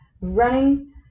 running